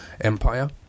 Empire